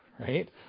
Right